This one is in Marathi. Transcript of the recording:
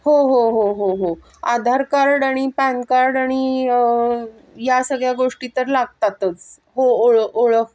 हो हो हो हो हो आधार कार्ड आणि पॅन कार्ड आणि या सगळ्या गोष्टी तर लागतातच हो ओळ ओळख